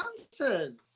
answers